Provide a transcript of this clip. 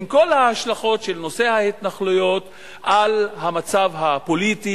עם כל ההשלכות של נושא ההתנחלויות על המצב הפוליטי,